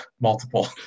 multiple